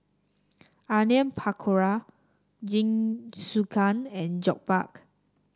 Onion Pakora Jingisukan and Jokbal